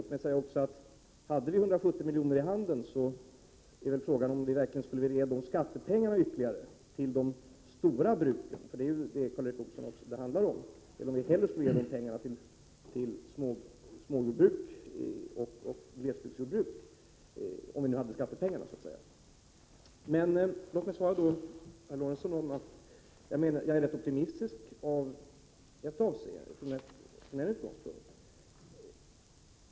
Hade vi 170 milj.kr. av skattepengar i handen, så är väl frågan om vi verkligen skulle vilja ge dessa pengar till de stora bruken — för det är ju vad det handlar om — eller om vi hellre skulle ge dessa pengar till småjordbruk och deltidsjordbruk. Jag är rätt optimistisk från en utgångspunkt.